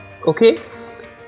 okay